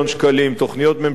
תוכניות ממשלתיות,